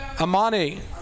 Amani